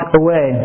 away